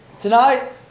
Tonight